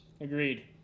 agreed